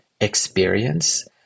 experience